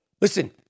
Listen